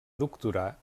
doctorar